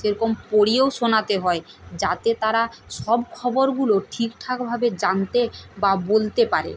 সেরকম পড়িয়েও শোনাতে হয় যাতে তারা সব খবরগুলো ঠিকঠাকভাবে জানতে বা বলতে পারে